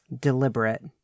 deliberate